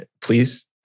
please